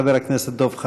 חבר הכנסת דב חנין.